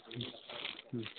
ಹ್ಞೂ ಹ್ಞೂ